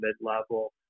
mid-level